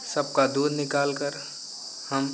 सबका दूध निकालकर हम